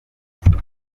muzima